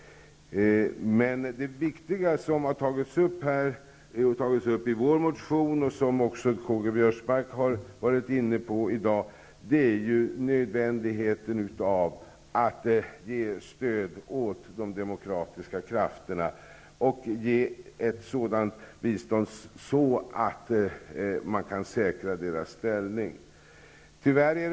Det viktiga -- som har tagits upp i vår motion och som K.-G. Biörsmark har varit inne på i dag -- är nödvändigheten av att ge stöd åt de demokratiska krafterna. De bör få ett sådant bistånd att deras ställning kan säkras.